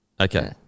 Okay